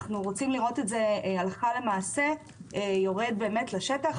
אנחנו רוצים לראות את זה יורד באמת לשטח,